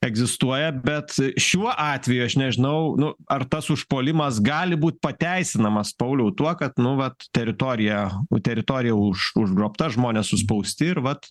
egzistuoja bet šiuo atveju aš nežinau nu ar tas užpuolimas gali būt pateisinamas pauliau tuo kad nu vat teritorija teritorija už užgrobta žmonės suspausti ir vat